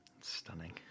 stunning